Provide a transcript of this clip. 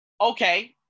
okay